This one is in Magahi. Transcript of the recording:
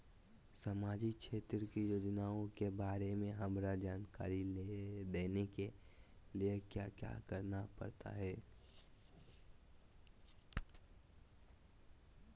सामाजिक क्षेत्र की योजनाओं के बारे में हमरा जानकारी देने के लिए क्या क्या करना पड़ सकता है?